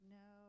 no